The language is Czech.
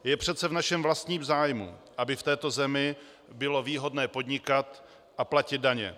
Je přece v našem vlastním zájmu, aby v této zemi bylo výhodné podnikat a platit daně.